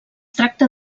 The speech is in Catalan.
tracta